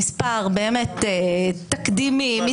מספר באמת תקדימי,